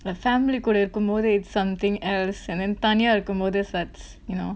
like family கூட இருக்கும் போது:kooda irukkum pothu it something else and then தனியா இருக்கும் போது:thaniyaa irukkum pothu sets you know